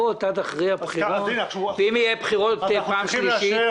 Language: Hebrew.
אנחנו צריכים לאשר 114 שקל להוצאת רישוי לצוללן.